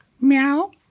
Meow